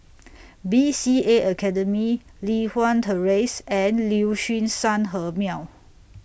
B C A Academy Li Hwan Terrace and Liuxun Sanhemiao